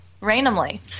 randomly